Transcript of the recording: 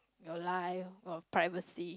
your life or privacy